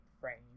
frame